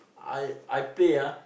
I I play ah